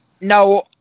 No